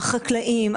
החקלאיים,